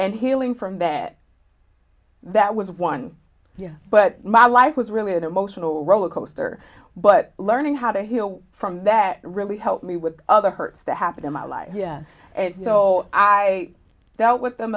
and healing from that that was one but my life was really an emotional roller coaster but learning how to heal from that really helped me with other hurts that happened in my life and so i dealt with them